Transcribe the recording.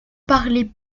parlait